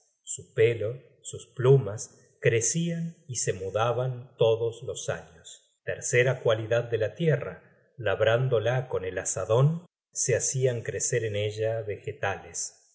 su pelo sus plumas crecian y se mudaban todos los años tercera cualidad de la tierra labrándola con el azadon se hacian crecer en ella vegetales